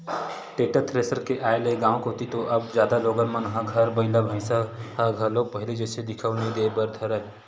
tractor, thresher के आय ले गाँव कोती तो अब जादा लोगन मन घर बइला भइसा ह घलोक पहिली जइसे दिखउल नइ देय बर धरय